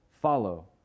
follow